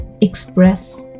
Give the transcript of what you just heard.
express